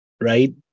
right